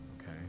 okay